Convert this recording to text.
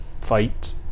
fight